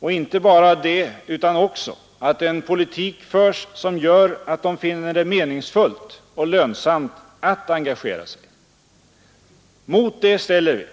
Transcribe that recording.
Och vi vill inte bara det utan också att en politik förs som gör att människorna finner det meningsfullt och lönsamt att engagera sig. Mot det ställer vi